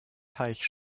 teich